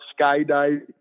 skydiving